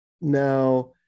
Now